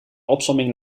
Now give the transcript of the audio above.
opsomming